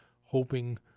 hoping